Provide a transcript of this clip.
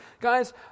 Guys